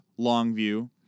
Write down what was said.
Longview